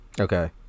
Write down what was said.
Okay